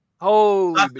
Holy